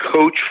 coach